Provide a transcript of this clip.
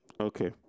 okay